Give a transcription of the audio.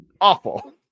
awful